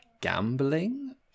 gambling